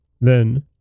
Then